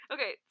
Okay